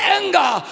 anger